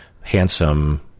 handsome